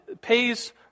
pays